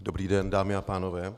Dobrý den, dámy a pánové.